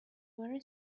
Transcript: very